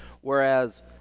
Whereas